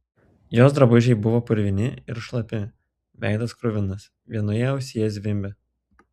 jos drabužiai buvo purvini ir šlapi veidas kruvinas vienoje ausyje zvimbė